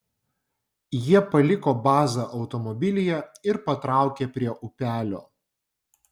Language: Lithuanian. jie paliko bazą automobilyje ir patraukė prie upelio